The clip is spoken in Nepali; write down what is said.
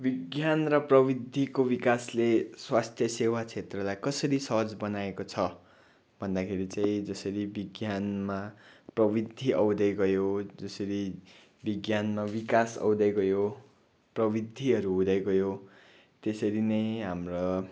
विज्ञान र प्रविधिको विकासले स्वास्थ्य सेवा क्षेत्रलाई कसरी सहज बनाएको छ भन्दाखेरि चाहिँ जसरी विज्ञानमा प्रविधि आउँदै गयो जसरी विज्ञानमा विकास आउँदै गयो प्रविधिहरू हुँदै गयो त्यसरी नै हाम्रो